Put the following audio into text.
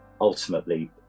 ultimately